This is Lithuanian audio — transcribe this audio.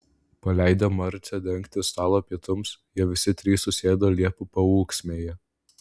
paleidę marcę dengti stalo pietums jie visi trys susėdo liepų paūksmėje